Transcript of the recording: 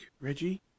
reggie